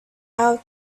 out